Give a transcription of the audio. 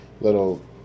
little